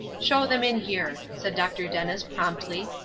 show them in here, said dr. dennis, promptly.